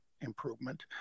improvement